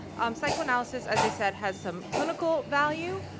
um psychoanalysis, as i said, has some clinical value.